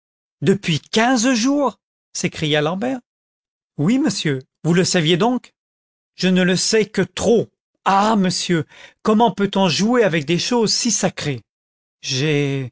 depuis quinze jours s'écria l'ambert content from google book search generated at oui monsieur vous le saviez donc je ne le sais que trop ah monsieur comment peut-on jouer avec des choses si sacrées j'ai